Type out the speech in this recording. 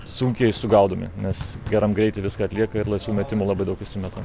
sunkiai sugaudomi nes geram greity viską atlieka ir laisvų metimų labai daug įsimeta